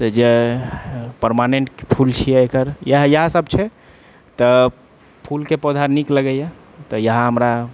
तऽ जे परमानेन्ट फूल छी एकर इएह इएह सभ छै तऽ फूलके पौधा नीक लगैए तऽ इएह हमरा